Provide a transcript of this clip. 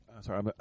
Sorry